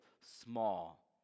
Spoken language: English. small